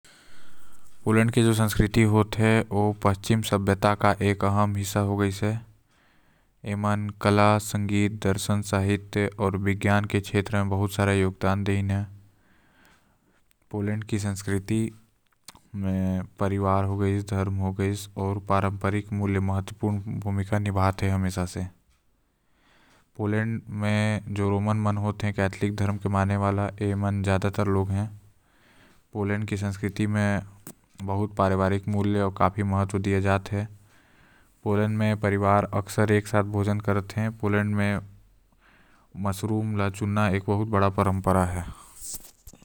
पोलैंड के जो संस्कृति होएल ओ पश्चिम सभ्यता के बहुत अहम हिस्सा हो गइस है। ईमान कला संगीत दर्शन आऊ कला के क्षेत्र में बहुत सारा योगदान दिन है। पोलैंड में रोमन मन है जो हर कैथलिक धर्म के माने वाला होते।